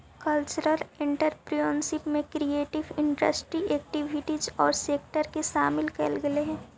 cultural entrepreneurship में creative industry activities औउर sector के शामिल कईल गेलई हई